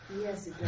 Yes